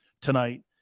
tonight